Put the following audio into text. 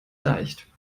leicht